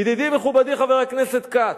ידידי, מכובדי חבר הכנסת כץ,